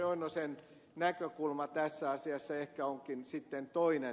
lauri oinosen näkökulma tässä asiassa ehkä onkin sitten toinen